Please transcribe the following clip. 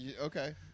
Okay